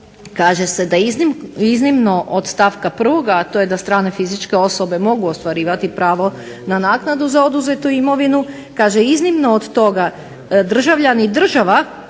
kaže se da iznimno od stavka 1., a to je da strane fizičke osobe mogu ostvarivati pravo na naknadu za oduzetu imovinu, kaže iznimno od toga državljani država